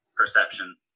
perception